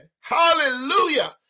hallelujah